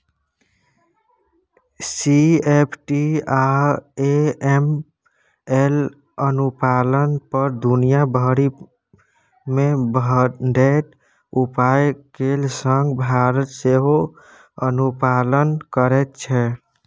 CFT आ AML अनुपालन पर दुनिया भरि मे बढ़ैत उपाय केर संग भारत सेहो अनुपालन करैत छै